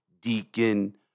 deacon